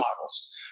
models